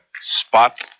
spot